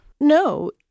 No